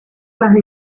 las